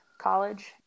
college